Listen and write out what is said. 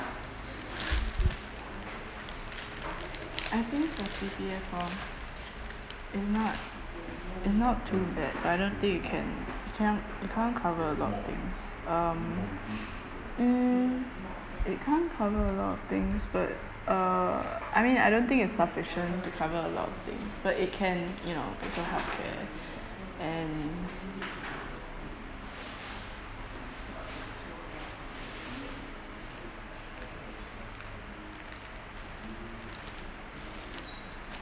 I think the C_P_F hor is not is not too bad but I don't think it can it cannot it can't cover a lot of things um mm it can't cover a lot of things but uh I mean I don't think it's sufficient to cover a lot of things but it can you know take your healthcare and